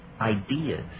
ideas